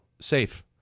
safe